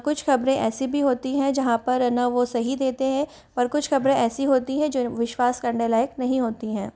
कुछ ख़बरें ऐसी भी होती हैं जहाँ पर है ना वो सही देते हैं पर कुछ ख़बरें ऐसी होती हैं जो विश्वास करने लायक नहीं होती हैं